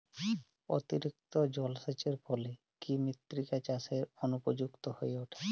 অতিরিক্ত জলসেচের ফলে কি মৃত্তিকা চাষের অনুপযুক্ত হয়ে ওঠে?